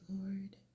Lord